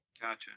Gotcha